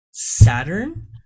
Saturn